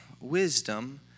wisdom